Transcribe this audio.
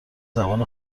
زبان